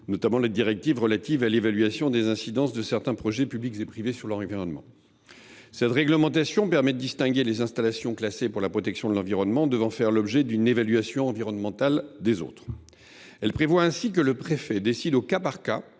notamment les directives relatives à l’évaluation des incidences de certains projets publics et privés sur l’environnement. Cette réglementation permet de distinguer les installations classées pour la protection de l’environnement devant faire l’objet d’une évaluation environnementale des autres installations. Elle prévoit ainsi que le préfet décide, au cas par cas,